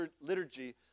liturgy